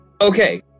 Okay